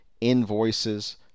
invoices